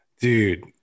dude